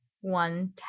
one